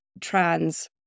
trans